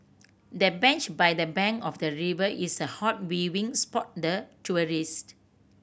the bench by the bank of the river is a hot viewing spot the tourist